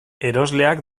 erosleak